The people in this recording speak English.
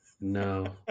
no